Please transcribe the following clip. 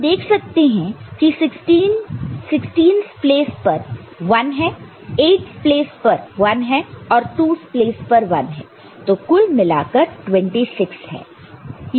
हम देख सकते हैं की 16's प्लेस पर 1 है 8 प्लेस पर 1 है और 2's प्लेस पर 1 है तो कुल मिलाकर 26 है